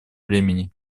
времени